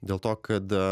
dėl to kad